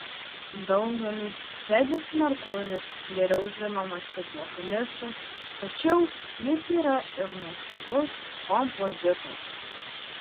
daugeliui fredis merkuris geriau žinomas kaip vokalistas tačiau jis yra ir nuostabus kompozitorius